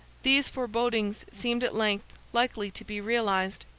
these forebodings seemed at length likely to be realized,